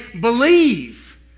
believe